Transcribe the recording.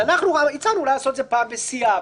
אז אנחנו הצענו לעשות את זה פעם בסיעה,